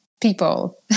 people